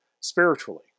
spiritually